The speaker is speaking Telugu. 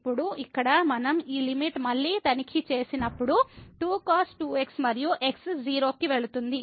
ఇప్పుడు ఇక్కడ మనం ఈ లిమిట్ మళ్ళీ తనిఖీ చేసినప్పుడు 2 cos2 x మరియు x 0 కి వెళుతుంది